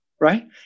right